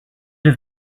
have